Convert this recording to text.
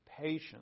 patience